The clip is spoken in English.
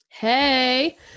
Hey